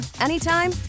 anytime